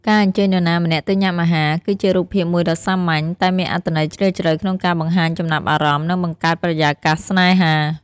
ការអញ្ជើញនរណាម្នាក់ទៅញ៉ាំអាហារ គឺជារូបភាពមួយដ៏សាមញ្ញ តែមានអត្ថន័យជ្រាលជ្រៅក្នុងការបង្ហាញចំណាប់អារម្មណ៍ និងបង្កើតបរិយាកាសស្នេហា។